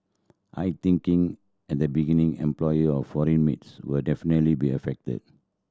I thinking at the beginning employer of foreign maids will definitely be affected